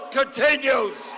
continues